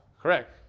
correct